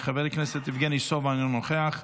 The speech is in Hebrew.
חבר הכנסת יבגני סובה, אינו נוכח,